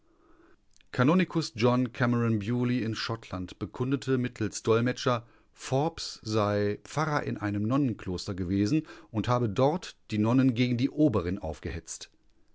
kanonikus john cameron beauly in schottland bekundete mittels dolmetscher forbes sei pfarrer in einem nonnenkloster gewesen und habe dort die nonnen gegen die oberin aufgehetzt